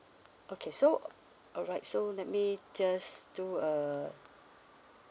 okay so uh alright so let me just do a